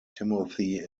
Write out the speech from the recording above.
timothy